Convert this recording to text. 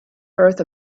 earth